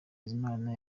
bizimana